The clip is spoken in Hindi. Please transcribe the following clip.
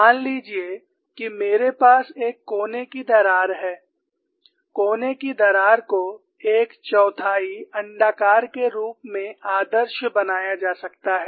मान लीजिए कि मेरे पास एक कोने की दरार है कोने की दरार को एक चौथाई अण्डाकार के रूप में आदर्श बनाया जा सकता है